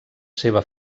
seva